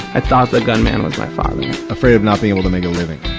i thought the gun man was my father. i'm afraid of not being able to make a living.